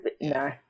No